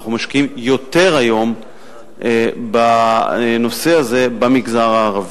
אנחנו משקיעים היום יותר בנושא הזה במגזר הערבי,